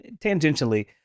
tangentially